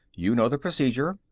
you know the procedure.